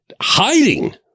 hiding